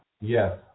Yes